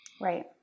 Right